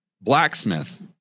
blacksmith